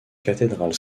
cathédrale